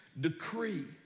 decree